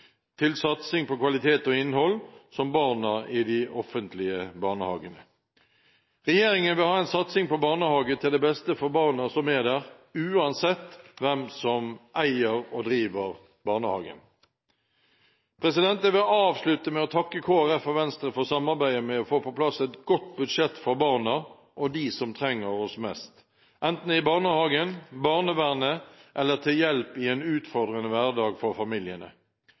med satsing på kvalitet og innhold som de offentlige barnehagene – det vil berøre barna i de private barnehagene. Regjeringen vil ha en satsing på barnehage til det beste for barna som er der, uansett hvem som eier og driver barnehagen. Jeg vil avslutte med å takke Kristelig Folkeparti og Venstre for samarbeidet om å få på plass et godt budsjett for barna og dem som trenger oss mest, enten det er i barnehagen, i barnevernet eller til hjelp i en utfordrende hverdag for familiene.